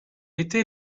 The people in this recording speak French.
était